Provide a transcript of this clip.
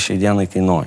šiai dienai kainuoja